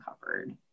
covered